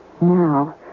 Now